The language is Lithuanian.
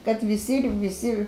kad visi visi